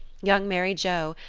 young mary joe,